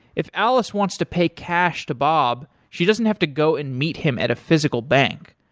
if alice wants to pay cash to bob, she doesn't have to go and meet him at a physical bank.